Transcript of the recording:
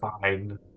fine